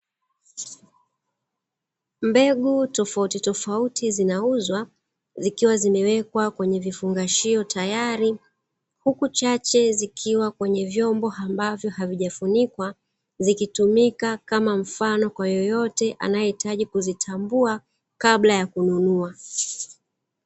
Mbegu tofautitofauti zinauzwa zikiwa zimewekwa kwenye vifungashio tayari, huku chache zikiwa kwenye vyombo ambavyo havijafunikwa. Zikitumika kama mfano kwa yoyote anayehitaji kuzitambua kabla ya kununua.